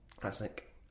classic